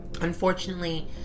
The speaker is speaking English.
Unfortunately